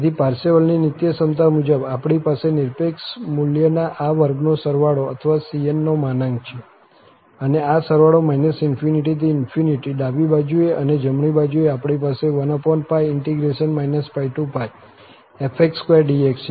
તેથી પારસેવલની નીત્યસમતા મુજબ આપણી પાસે નિરપેક્ષ મૂલ્યના આ વર્ગનો સરવાળો અથવા Cn નો માનાંક છે અને આ સરવાળો ∞ થી ∞ ડાબી બાજુએ અને જમણી બાજુએ આપણી પાસે 12∫ f2dx છે